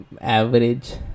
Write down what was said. average